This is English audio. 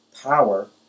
power